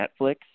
Netflix